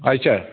اچھا